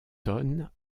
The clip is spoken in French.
tonnes